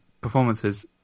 performances